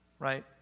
right